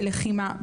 בלחימה.